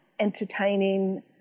Entertaining